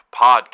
Podcast